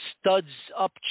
studs-up